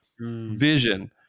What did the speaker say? vision